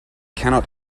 cannot